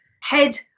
head